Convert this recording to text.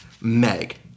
Meg